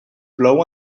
plou